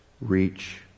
reach